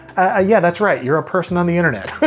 ah yeah that's right, you're a person on the internet.